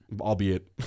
Albeit